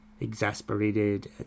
exasperated